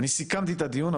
אני סיכמתי את הדיון,